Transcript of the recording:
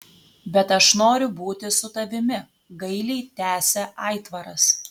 bet aš noriu būti su tavimi gailiai tęsė aitvaras